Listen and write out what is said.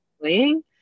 playing